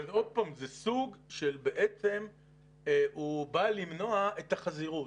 שוב, זה סוג שהוא בא למנוע את החזירות.